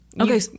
okay